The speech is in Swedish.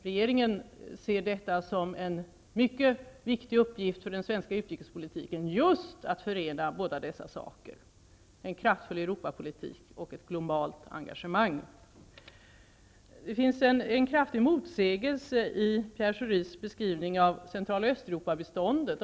Regeringen ser det som en mycket viktig uppgift för den svenska utrikespolitiken att just förena båda dessa saker -- en kraftfull Europapolitik och ett globalt engagemang. Det finns en kraftig motsägelse i Pierre Schoris beskrivning av biståndet till Central och Östeuropa.